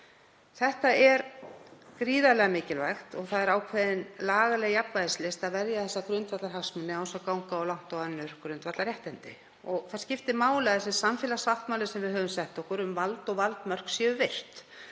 Þetta er gríðarlega mikilvægt og það er ákveðin lagaleg jafnvægislist að verja þessa grundvallarhagsmuni án þess að ganga of langt á önnur grundvallarréttindi. Og það skiptir máli að sá samfélagssáttmáli sem við höfum sett okkur, um vald og valdmörk, sé virtur.